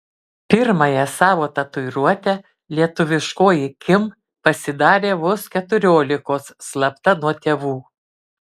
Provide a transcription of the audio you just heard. pirmąją savo tatuiruotę lietuviškoji kim pasidarė vos keturiolikos slapta nuo tėvų